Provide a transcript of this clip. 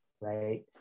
Right